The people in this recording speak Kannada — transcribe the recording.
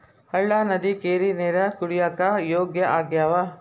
ಹಳ್ಳಾ ನದಿ ಕೆರಿ ನೇರ ಕುಡಿಯಾಕ ಯೋಗ್ಯ ಆಗ್ಯಾವ